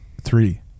Three